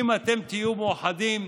אם אתם תהיו מאוחדים,